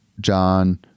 John